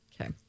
Okay